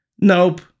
Nope